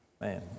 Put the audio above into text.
Man